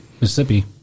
mississippi